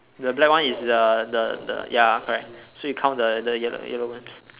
the black one is the the the ya correct so you count the the yellow yellow ones